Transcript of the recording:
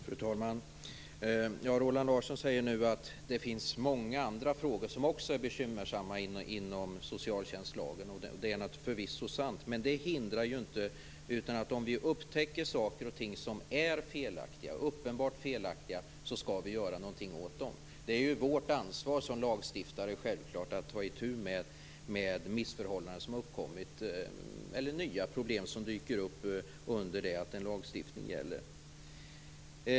Fru talman! Roland Larsson sade att det finns många andra frågor inom socialtjänstlagen som också är bekymmersamma, och det är förvisso sant. Men det utgör ju inget hinder. När vi upptäcker saker och ting som är uppenbart felaktiga skall vi göra någonting åt dem. Det är vårt ansvar som lagstiftare att ta itu med missförhållanden som uppkommit eller nya problem som dyker upp medan en lagstiftning gäller.